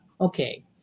Okay